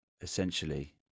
Essentially